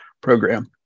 program